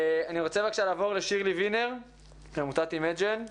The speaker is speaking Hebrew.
אני רוצה בבקשה לעבור לשירלי וינר מעמותת אימג'ן.